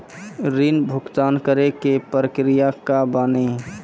ऋण भुगतान करे के प्रक्रिया का बानी?